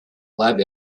lab